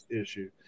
issue